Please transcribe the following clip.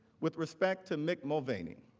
with respect to mick mulvaney.